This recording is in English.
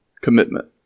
commitment